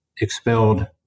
expelled